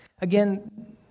Again